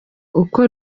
uko